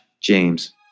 James